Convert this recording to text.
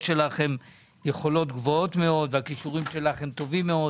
שלך הן יכולות גבוהות מאוד והכישורים שלך הם טובים מאוד.